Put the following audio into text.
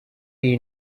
you